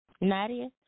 Nadia